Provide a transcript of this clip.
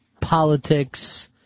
politics